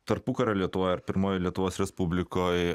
tarpukario lietuvoje ar pirmojoje lietuvos respublikoje